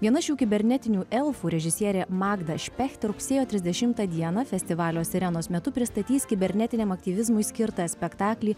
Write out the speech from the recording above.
viena šių kibernetinių elfų režisierė magda špecht rugsėjo trisdešimtą dieną festivalio sirenos metu pristatys kibernetiniam aktyvizmui skirtą spektaklį